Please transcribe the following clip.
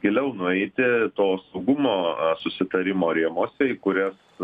giliau nueiti to saugumo susitarimo rėmuose į kurias